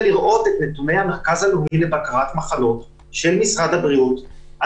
אבל בואו נתחיל להתקדם, הרי אם משרד הבריאות יענה,